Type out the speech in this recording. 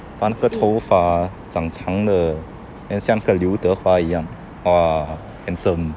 把那个头发长长的像刘德华一样 ah handsome